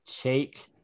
take